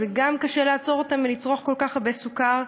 זה גם קשה לעצור אותם מלצרוך כל כך הרבה סוכר.